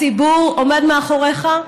הציבור עומד מאחוריך,